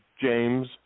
James